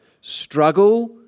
struggle